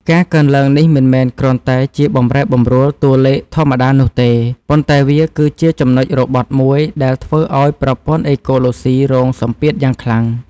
ការកើនឡើងនេះមិនមែនគ្រាន់តែជាបម្រែបម្រួលតួលេខធម្មតានោះទេ ប៉ុន្តែវាគឺជាចំណុចរបត់មួយដែលធ្វើឱ្យប្រព័ន្ធអេកូឡូស៊ីរងសម្ពាធយ៉ាងខ្លាំង។